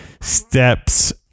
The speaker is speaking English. Steps